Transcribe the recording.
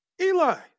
Eli